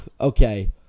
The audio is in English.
okay